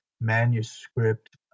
manuscript